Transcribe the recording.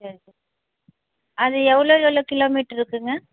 சரி அது எவ்வளோ எவ்வளோ கிலோ மீட்ரு இருக்குதுங்க